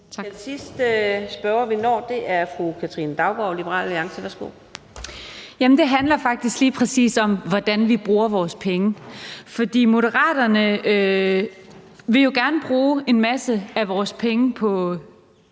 Den sidste spørger, vi når, er fru Katrine Daugaard, Liberal Alliance. Værsgo. Kl. 13:26 Katrine Daugaard (LA): Det handler faktisk lige præcis om, hvordan vi bruger vores penge. For Moderaterne vil jo gerne bruge en masse af vores penge på